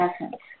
essence